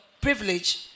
privilege